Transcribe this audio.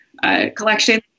Collection